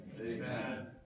Amen